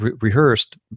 rehearsed